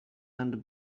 and